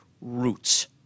roots